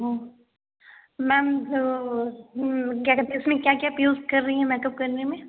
हाँ मैम कहे रहे इसमें क्या क्या आप यूज़ कर रही हैं मेकअप करने में